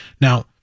Now